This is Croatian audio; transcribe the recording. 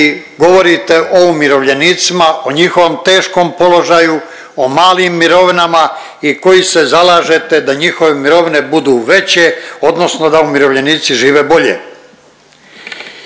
govorite o umirovljenicima, o njihovom teškom položaju, o malim mirovinama i koji se zalažete da njihove mirovine budu veće odnosno da umirovljenici žive bolje.